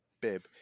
bib